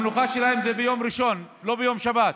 המנוחה שלהם היא ביום ראשון ולא ביום שבת,